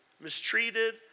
mistreated